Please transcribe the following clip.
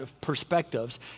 perspectives